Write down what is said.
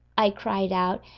i cried out,